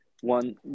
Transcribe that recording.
one